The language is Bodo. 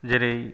जेरै